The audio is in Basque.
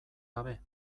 gabe